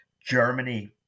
Germany